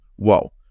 Wow